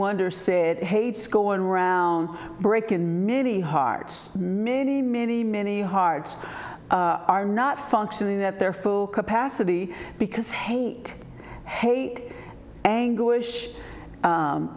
wonder said hates going round break in many hearts many many many hearts are not functioning that they're full capacity because hate hate anguish